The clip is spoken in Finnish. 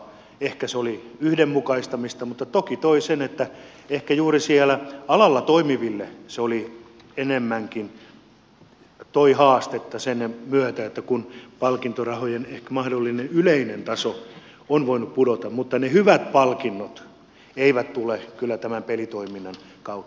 ehkä se oli yhdenmukaistamista mutta toki toi sen että ehkä juuri siellä alalla toimiville se enemmänkin toi haastetta sen myötä että palkintorahojen ehkä mahdollinen yleinen taso on voinut pudota mutta ne hyvät palkinnot eivät tule kyllä tämän pelitoiminnan kautta